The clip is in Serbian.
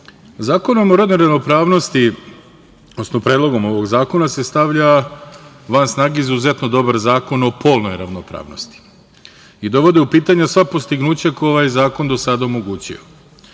o rodnoj ravnopravnosti, odnosno Predlogom ovog zakona, stavlja se van snage izuzetno dobar Zakon o polnoj ravnopravnosti i dovode u pitanja sva postignuća koja je ovaj zakon do sada omogućio.